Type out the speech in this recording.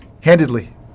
Handedly